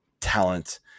talent